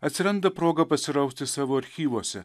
atsiranda proga pasirausti savo archyvuose